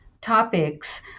topics